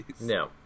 No